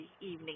evening